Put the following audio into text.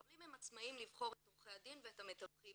העולים הם עצמאיים לבחור את עורכי הדין ואת המתווכים.